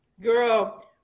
Girl